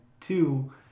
two